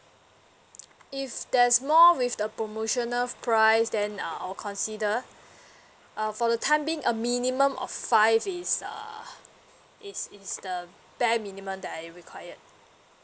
if there's more with the promotional price then uh I'll consider uh for the time being a minimum of five is err it's it's the bare minimum that I required